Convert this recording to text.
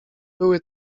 były